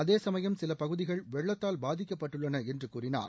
அதே சமயம் சில பகுதிகள் வெள்ளத்தால் பாதிக்கப்பட்டுள்ளன என்று கூறினார்